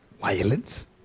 violence